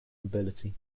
mobility